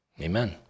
amen